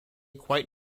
quite